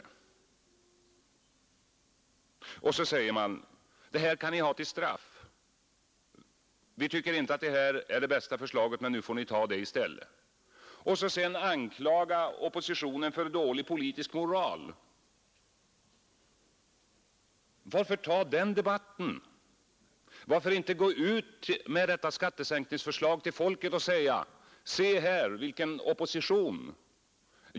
Sedan säger de: Detta får ni till straff — vi tycker inte att det är det bästa förslaget, men nu får ni ta det i stället. Oppositionen anklagas för dålig politisk moral. Varför ta upp den debatten? Varför inte gå ut med detta skattesänkningsförslag till folket och säga: Se här vilken opposition!